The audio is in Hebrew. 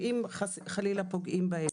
ואם חס וחלילה פוגעים בהם.